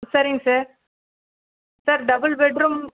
சரிங்க sir sir double bedroom